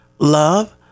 Love